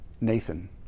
Nathan